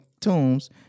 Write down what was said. tombs